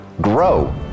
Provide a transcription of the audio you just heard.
grow